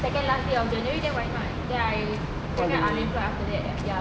second last day of january then why not then I kira kan unemployed after that ya